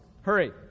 Hurry